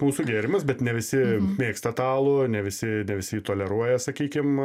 mūsų gėrimas bet ne visi mėgsta tą alų ne visi visi jį toleruoja sakykim